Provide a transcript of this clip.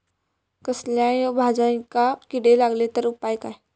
कसल्याय भाजायेंका किडे लागले तर उपाय काय?